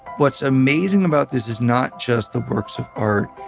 what's amazing about this is not just the works of art,